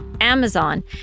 Amazon